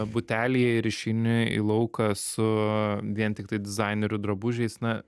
butelyje ir išeini į lauką su vien tiktai dizainerių drabužiais na